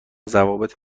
ضوابط